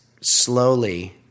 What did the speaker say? slowly